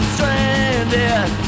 Stranded